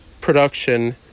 production